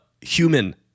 human